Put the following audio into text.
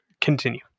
continue